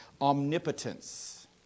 Omnipotence